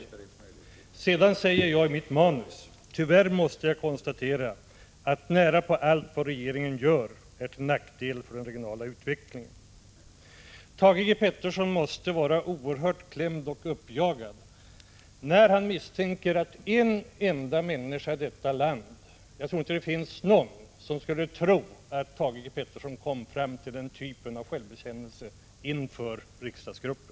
Jag sade tidigare enligt mitt manus: ”Tyvärr måste jag konstatera att närapå allt vad regeringen gör är till nackdel för den regionala utvecklingen.” Thage Peterson måste vara oerhört klämd och uppjagad när han misstänker att någon enda människa i detta land — jag tror inte det finns någon — skulle tro att Thage Peterson kom fram till den typen av självbekännelser inför riksdagsgruppen.